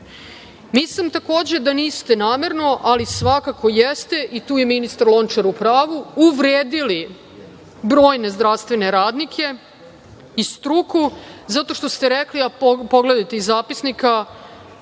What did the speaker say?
mislim da niste namerno, ali svakako jeste i tu je ministar Lončar u pravu, uvredili brojne zdravstvene radnike i struku zato što ste rekli, a pogledajte i zapisnik,